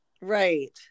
Right